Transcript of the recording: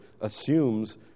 assumes